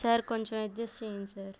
sir కొంచెం adjust చేయండి sir